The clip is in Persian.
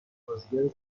بازیگر